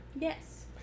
Yes